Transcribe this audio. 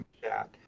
chat